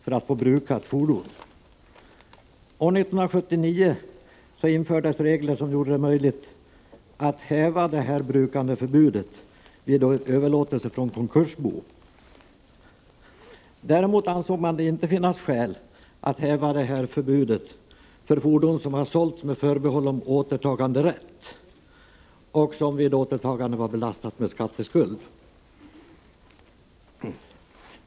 År 1979 infördes regler som gjorde det möjligt att häva brukandeförbudet vid överlåtelse från konkursbo. Däremot ansågs inte skäl föreligga att häva brukandeförbudet för fordon som sålts med förbehåll om återtaganderätt och som vid ett återtagande var belastat med skatteskuld.